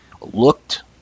looked